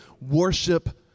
worship